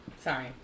Sorry